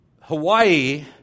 Hawaii